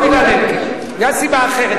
לא בגלל אלקין, מסיבה אחרת.